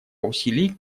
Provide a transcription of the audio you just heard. усилий